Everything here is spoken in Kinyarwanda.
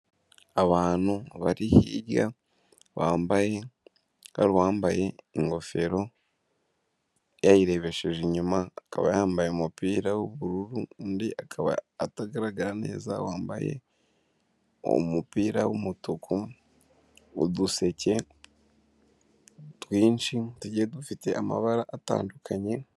Abantu bari hirya hari uwambaye ingofero yayirebesheje inyuma, akaba yambaye umupira w'ubururu, undi akaba atagaragara neza wambaye umupira w'umutuku, uduseke twinshi tugiye dufite amabara atandukanye...